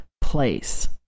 place